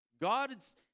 God's